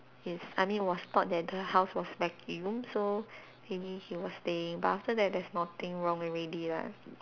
is I mean it was thought that the house was vacuum so maybe he will stay but after that there's nothing wrong already lah